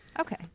Okay